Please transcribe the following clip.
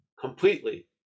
completely